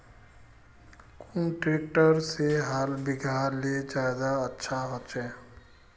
कुन ट्रैक्टर से हाल बिगहा ले ज्यादा अच्छा होचए?